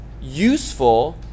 useful